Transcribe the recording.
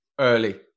early